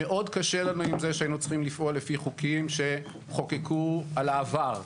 מאוד קשה לנו עם זה שהיינו צריכים לפעול לפי חוקים שחוקקו על העבר.